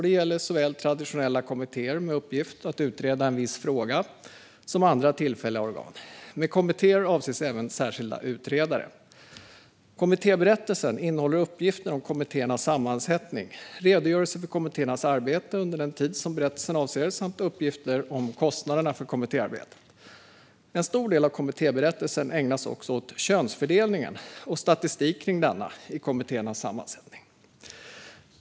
Det gäller såväl traditionella kommittéer, med uppgift att utreda en viss fråga, som andra tillfälliga organ. Med kommittéer avses även särskilda utredare. Kommittéberättelsen innehåller uppgifter om kommittéernas sammansättning, redogörelse för kommittéernas arbete under den tid som berättelsen avser samt uppgifter om kostnaderna för kommittéarbetet. En stor del av kommittéberättelsen ägnas också åt könsfördelningen i kommittéernas sammansättning och statistik kring könsfördelningen.